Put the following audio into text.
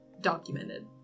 documented